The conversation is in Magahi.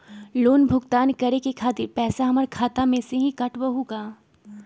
लोन भुगतान करे के खातिर पैसा हमर खाता में से ही काटबहु का?